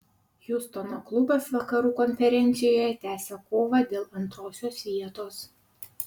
hjustono klubas vakarų konferencijoje tęsia kovą dėl antrosios vietos